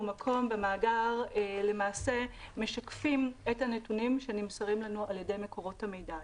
במאגר אנחנו למעשה משקפים את הנתונים שנמסרים לנו על ידי מקורות המידע.